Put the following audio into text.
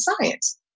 science